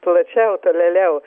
plačiau tolėliau